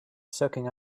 soaking